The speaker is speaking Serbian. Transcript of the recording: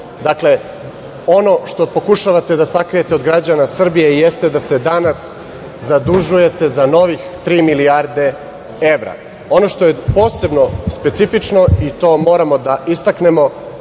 džepa. Dakle, ono što pokušavate da sakrijete od građana Srbije jeste da se danas zadužujete za novih tri milijarde evra. Ono što je posebno specifično i to moramo da istaknemo